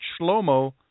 Shlomo